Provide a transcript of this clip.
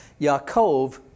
Yaakov